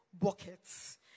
buckets